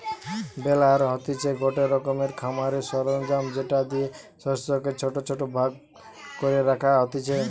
বেলার হতিছে গটে রকমের খামারের সরঞ্জাম যেটা দিয়ে শস্যকে ছোট ছোট ভাগ করে রাখা হতিছে